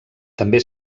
també